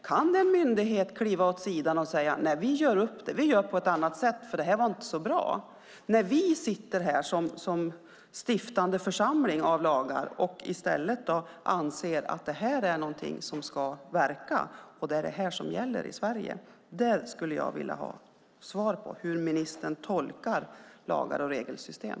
Kan en myndighet kliva åt sidan och säga att man gör på ett annat sätt, det här var inte så bra, när vi sitter här som lagstiftande församling och anser att detta är någonting som ska verka och gälla i Sverige? Det skulle jag vilja ha svar på. Hur tolkar ministern våra lagar och regelsystem?